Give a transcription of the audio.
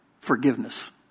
forgiveness